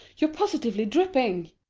you're positively dripping.